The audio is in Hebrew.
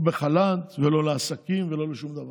לא בחל"ת, לא לעסקים ולא לשום דבר.